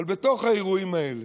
אבל בתוך האירועים האלה,